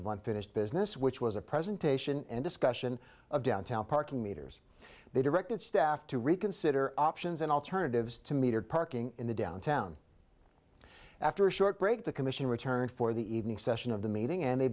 finished business which was a presentation and discussion of downtown parking meters they directed staff to reconsider options and alternatives to metered parking in the downtown after a short break the commission returned for the evening session of the meeting and they